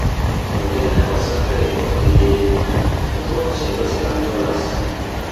kodėl nepasakai ko atėjai užuot čia viską griovęs